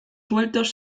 sueltos